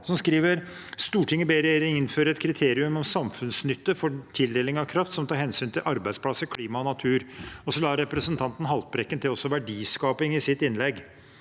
«Stortinget ber regjeringen innføre et kriterium om samfunnsnytte for tildeling av kraft, som tar hensyn til arbeidsplasser, klima og natur.» Representanten Haltbrekken la også til «verdiskaping» i sitt innlegg.